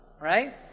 right